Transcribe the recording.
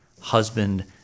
husband